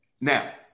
Now